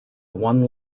one